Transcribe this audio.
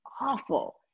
awful